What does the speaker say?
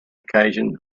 occasion